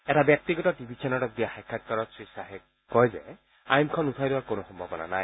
এটা ব্যক্তিগত টিভি চেনেলক দিয়া সাক্ষাৎকাৰত শ্ৰীয়াহে কয় আইনখন উঠাই লোৱাৰ কোনো সম্ভাৱনা নাই